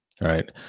right